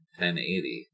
1080